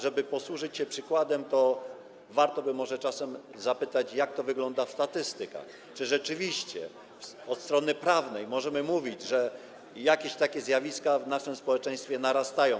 Żeby posłużyć się przykładem, warto może czasem zapytać, jak to wygląda w statystykach, czy rzeczywiście od strony prawnej możemy mówić o tym, że takie zjawiska w naszym społeczeństwie narastają.